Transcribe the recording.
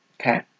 okay